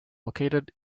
located